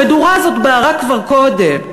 המדורה הזאת בערה כבר קודם.